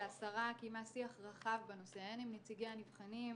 שהשרה קיימה שיח רחב בנושא הן עם נציגי הנבחנים,